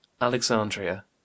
Alexandria